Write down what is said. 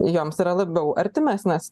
joms yra labiau artimesnės